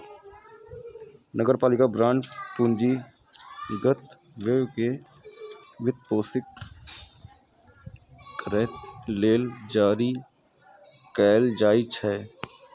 नगरपालिका बांड पूंजीगत व्यय कें वित्तपोषित करै लेल जारी कैल जाइ छै